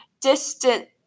distant